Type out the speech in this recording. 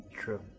True